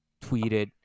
tweeted